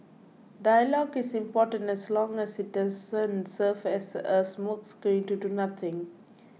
dialogue is important as long as it doesn't serve as a smokescreen to do nothing